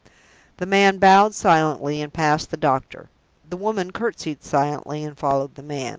the man bowed silently, and passed the doctor the woman courtesied silently, and followed the man.